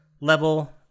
level